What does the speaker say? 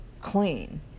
clean